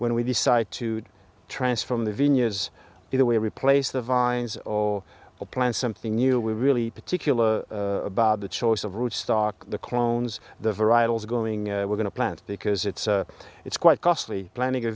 when we decide to transform the vineyards either we replace the vines or plant something new we really particular about the choice of rootstock the clones the varietals going going to plant because it's it's quite costly planning o